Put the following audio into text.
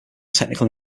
technical